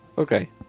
Okay